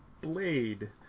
Blade